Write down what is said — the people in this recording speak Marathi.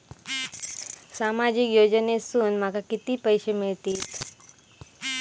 सामाजिक योजनेसून माका किती पैशे मिळतीत?